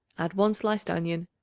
add one sliced onion,